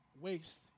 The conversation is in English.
waste